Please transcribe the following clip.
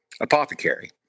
apothecary